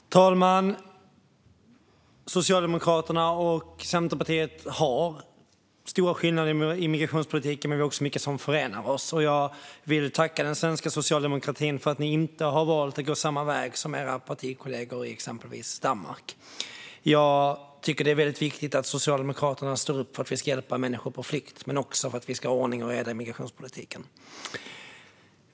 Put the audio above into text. Fru talman! Socialdemokraterna och Centerpartiet har stora skillnader i migrationspolitiken, men det är också mycket som förenar oss. Jag vill tacka den svenska socialdemokratin för att ni inte har valt att gå samma väg som era partikollegor i exempelvis Danmark. Jag tycker att det är väldigt viktigt att Socialdemokraterna står upp för att vi ska hjälpa människor på flykt men också för att vi ska ha ordning och reda i migrationspolitiken.